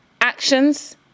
actions